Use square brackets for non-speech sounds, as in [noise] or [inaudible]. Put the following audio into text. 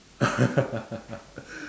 [laughs]